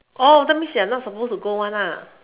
oh that means you're not supposed to go one ah